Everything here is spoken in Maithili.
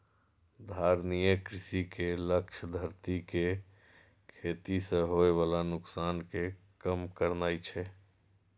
धारणीय कृषि के लक्ष्य धरती कें खेती सं होय बला नुकसान कें कम करनाय छै